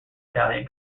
italian